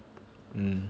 mm